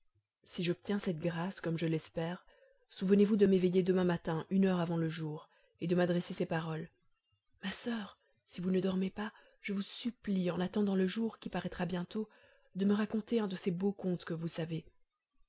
si j'obtiens cette grâce comme je l'espère souvenezvous de m'éveiller demain matin une heure avant le jour et de m'adresser ces paroles ma soeur si vous ne dormez pas je vous supplie en attendant le jour qui paraîtra bientôt de me raconter un de ces beaux contes que vous savez